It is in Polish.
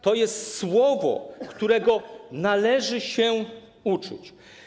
To jest słowo, którego należy się uczyć.